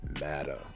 matter